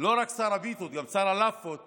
שלא רק שר הפיתות, גם שר הלאפות